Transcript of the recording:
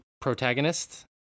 protagonist